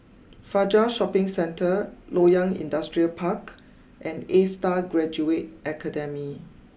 Fajar Shopping Centre Loyang Industrial Park and A Star Graduate Academy